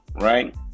right